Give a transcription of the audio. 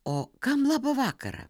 o kam labą vakarą